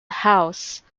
house